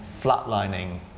flatlining